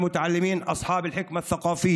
המנהיגים הדתיים החכמים,